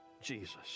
Jesus